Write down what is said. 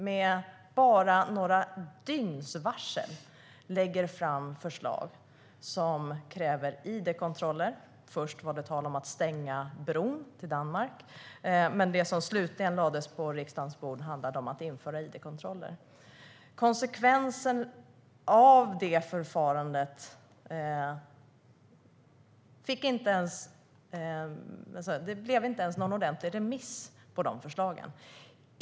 Med bara några dygns varsel lade regeringen först fram förslag om att stänga bron till Danmark, men det förslag som slutligen lades på riksdagens bord handlade om att införa id-kontroller. Dessa förslag gick inte ens ut på ordentlig remiss.